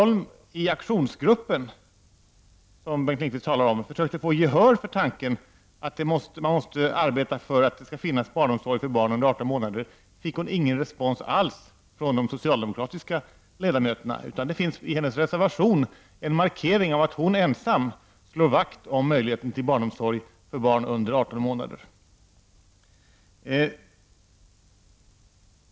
Lindqvist talar om, försökte få gehör för tanken att man måste arbeta för att det skall finnas barnomsorg för barn under 18 månader fick hon ingen respons alls från de socialdemokratiska ledamöterna. Det finns i hennes reservation en markering att hon ensam slog vakt om möjligheten till barnomsorg för barn under 18 månader.